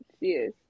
yes